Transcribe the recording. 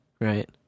right